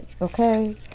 Okay